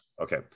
Okay